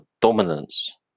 dominance